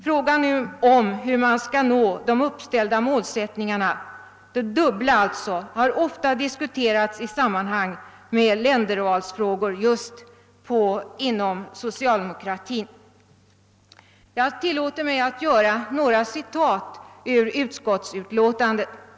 Frågan om hur man skall nå de uppställda dubbla målsättningarna har ofta diskuterats i sammanhang med ländervalsfrågor just inom socialdemokratin. Jag tillåter mig att göra några citat ur statsutskottets utlåtande nr 84.